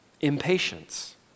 impatience